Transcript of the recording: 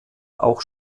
auch